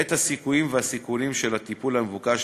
את הסיכויים והסיכונים של הטיפול המבוקש